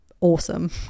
awesome